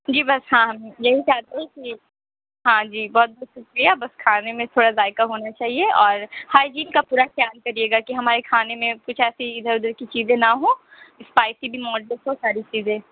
جی بس ہاں ہم یہی چاہتے ہیں کہ ہاں جی بہت بہت شکریہ بس کھانے میں تھوڑا ذائقہ ہونا چاہیے اور ہائجین کا پورا خیال کریے گا کہ ہمارے کھانے میں کچھ ایسی ادھر ادھر کی چیزیں نہ ہوں اسپائسی بھی موجود ہو ساری چیزیں